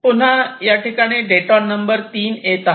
याठिकाणी detour number 3 येत आहे